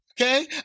Okay